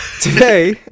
today